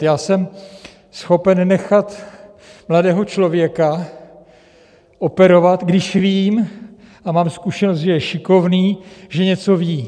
Já jsem schopen nechat mladého člověka operovat, když vím a mám zkušenost, že je šikovný, že něco ví.